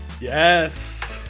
Yes